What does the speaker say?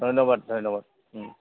ধন্যবাদ ধন্যবাদ